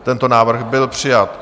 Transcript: Tento návrh byl přijat.